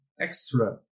extra